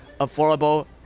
affordable